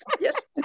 Yes